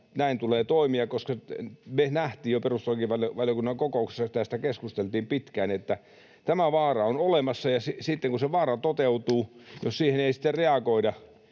näin tulee toimia, koska me nähtiin jo perustuslakivaliokunnan kokouksessa, kun tästä keskusteltiin pitkään, että tämä vaara on olemassa, ja sitten kun se vaara toteutuu, jos siihen ei sitten reagoida